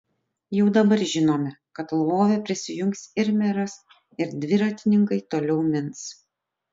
jau dabar žinome kad lvove prisijungs ir meras ir dviratininkai toliau mins